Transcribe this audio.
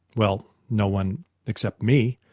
well no one except me.